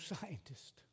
scientist